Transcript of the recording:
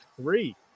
three